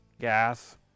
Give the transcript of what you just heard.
Gas